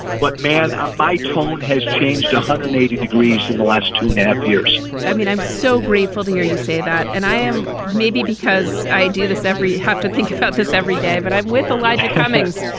but man, ah my tone has changed one hundred and eighty degrees in the last two and a half years i mean, i'm so grateful to hear you say that. and i am maybe because i do this every have to think about this every day. but i'm with elijah cummings.